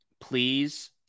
Please